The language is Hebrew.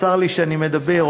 צר לי שאני מדבר,